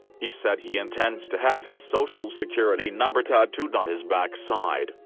he said he intends to have his social security number tattooed on his backside,